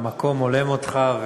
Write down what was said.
המקום הולם אותך,